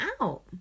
out